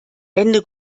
ende